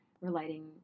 relating